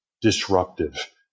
disruptive